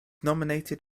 nominated